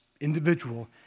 individual